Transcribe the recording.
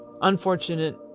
unfortunate